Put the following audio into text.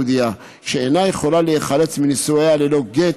יהודייה שאינה יכולה להיחלץ מנישואיה ללא גט,